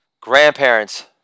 grandparents